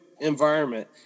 environment